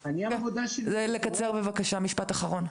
לקצר בבקשה, משפט אחרון.